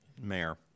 Mayor